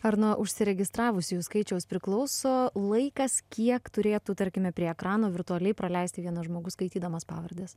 ar nuo užsiregistravusiųjų skaičiaus priklauso laikas kiek turėtų tarkime prie ekrano virtualiai praleisti vienas žmogus skaitydamas pavardes